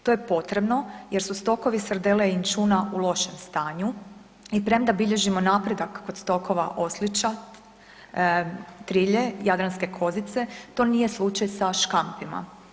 To je potrebno jer su stokovi srdele i inćuna u lošem stanju i premda bilježimo napredak kod stokova oslića, trilje, jadranske kozice to nije slučaj sa škampima.